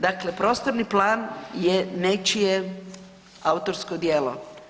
Dakle, prostorni plan je nečije autorsko djelo.